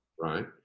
Right